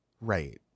right